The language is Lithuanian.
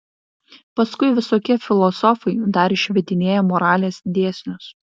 paskui visokie filosofai dar išvedinėja moralės dėsnius